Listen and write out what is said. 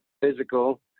physical